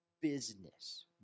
business